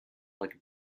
like